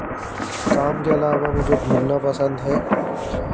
काम के अलावा मुझे घूमना पसंद है